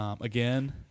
Again